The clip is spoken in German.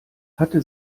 hatte